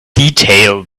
detail